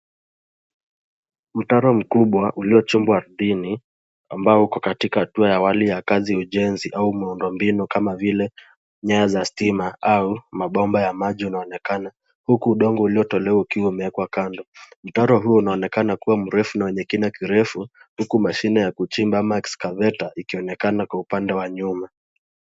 Mtaro mkubwa uliochimbwa ardhini ambao uko katika dua ya wali ya kazi ujenzi au muundombinu kama vile nyaya za stima au mabomba ya maji unaonekana huku udongo uliotolewa ukiwa umewekwa kando. Mtaro huu unaonekana kuwa mrefu na wenye kina kirefu, huku mashine ya kuchimba ama excavator ikionekana kwa upande wa nyuma